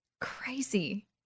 Crazy